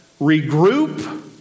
regroup